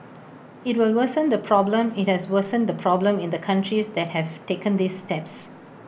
IT will worsen the problem IT has worsened the problem in the countries that have taken these steps